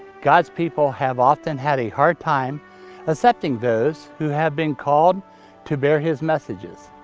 god's people have often had a hard time accepting those who have been called to bear his messages.